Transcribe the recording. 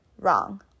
wrong